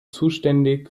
zuständig